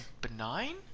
benign